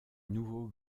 nouveau